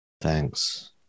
thanks